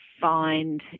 find